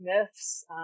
myths